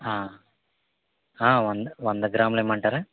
వంద వంద గ్రాములు ఇమ్మంటార